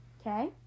Okay